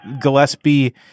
Gillespie